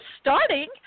starting